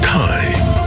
time